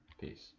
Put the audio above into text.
Peace